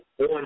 on